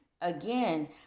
again